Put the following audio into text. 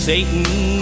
Satan